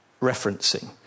referencing